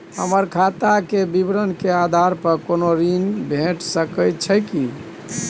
हमर खाता के विवरण के आधार प कोनो ऋण भेट सकै छै की?